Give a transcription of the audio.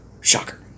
shocker